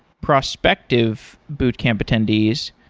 prospective boot camp attendees